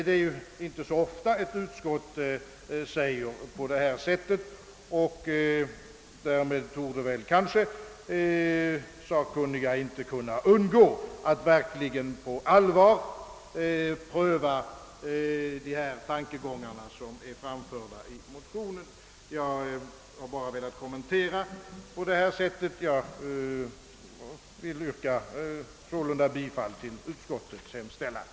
Det är ju inte så ofta ett utskott uttrycker sig på detta sätt, och därmed kan de sakkunniga måhända inte undgå att verkligen på allvar pröva de tankegångar som framförts i motionsparet. Herr talman! Jag har endast velat göra denna kommentar och yrkar bifall till utskottets hemställan.